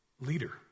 leader